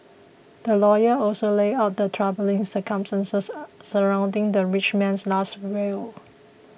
the lawyer also laid out the troubling circumstances surrounding the rich man's Last Will